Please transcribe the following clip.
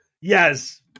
Yes